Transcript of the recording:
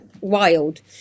wild